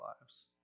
lives